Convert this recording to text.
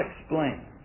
explain